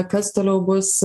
kas toliau bus